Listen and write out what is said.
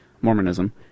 Mormonism